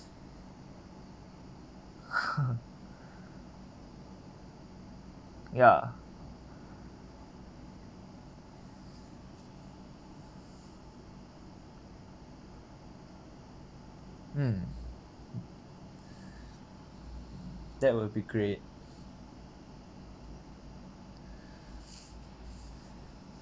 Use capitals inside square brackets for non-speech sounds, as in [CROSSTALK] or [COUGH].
[LAUGHS] ya mm that would be great